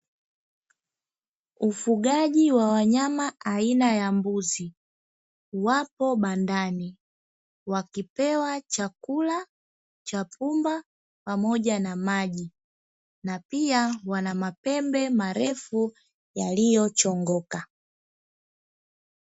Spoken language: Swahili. Ufugaji wa wanyama aina ya mbuzi, wako bandani wakipewa chakula cha pumba pamoja na maji, na pia wana mapembe marefu yaliyochongoka.